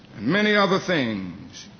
many other things.